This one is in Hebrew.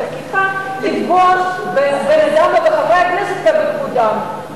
לפגוע בבן-אדם ובחברי הכנסת ובכבודם.